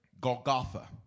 Golgotha